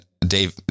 dave